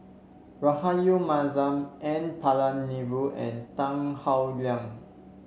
Rahayu Mahzam N Palanivelu and Tan Howe Liang